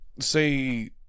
say